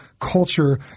culture